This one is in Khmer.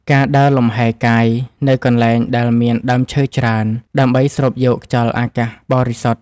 ការដើរលំហែកាយនៅកន្លែងដែលមានដើមឈើច្រើន ដើម្បីស្រូបយកខ្យល់អាកាសបរិសុទ្ធ។